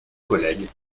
collègues